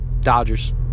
Dodgers